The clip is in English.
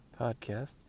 podcast